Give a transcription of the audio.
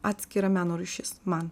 atskira meno rūšis man